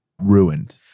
ruined